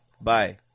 Bye